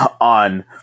on